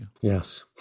Yes